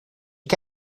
que